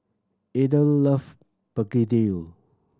Ethyl love begedil